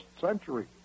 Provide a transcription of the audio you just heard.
century